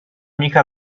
mica